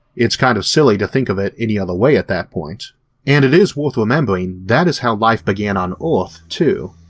its kind of silly to think of it any other way at that point and it is worth remembering that is how life began on earth too.